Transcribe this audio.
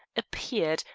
appeared,